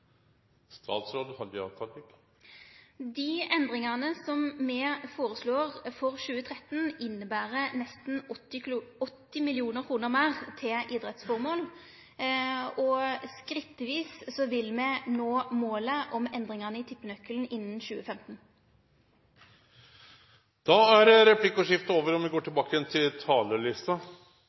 endringane som me føreslår for 2013, inneber nesten 80 mill. kr meir til idrettsføremål. Skrittvis vil me nå målet om endringane i tippenøkkelen innan 2015. Replikkordskiftet er